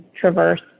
traverse